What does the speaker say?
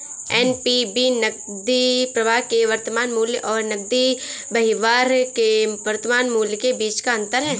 NPV नकदी प्रवाह के वर्तमान मूल्य और नकदी बहिर्वाह के वर्तमान मूल्य के बीच का अंतर है